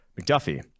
McDuffie